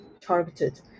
targeted